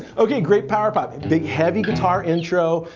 ok, great power pop a big heavy guitar intro.